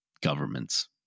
governments